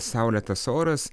saulėtas oras